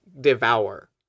devour